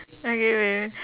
okay wait